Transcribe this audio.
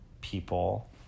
people